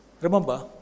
Remember